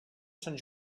sant